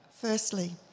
Firstly